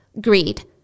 Greed